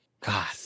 God